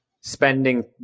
spending